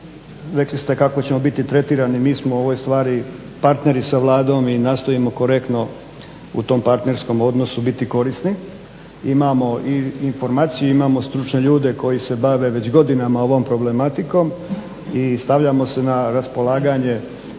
Rekli ste kako ćemo biti tretirani, mi smo u ovoj stvari partneri sa Vladom i nastojimo korektno u tom partnerskom odnosu biti korisni. Imamo i informacije i imamo stručne ljude koji se bave već godinama ovom problematikom i stavljamo se na raspolaganje